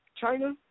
China